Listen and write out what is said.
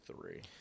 three